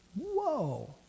Whoa